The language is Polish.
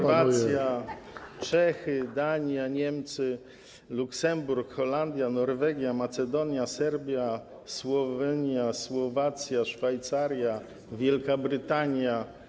Chorwacja, Czechy, Dania, Niemcy, Luksemburg, Holandia, Norwegia, Macedonia, Serbia, Słowenia, Słowacja, Szwajcaria, Wielka Brytania.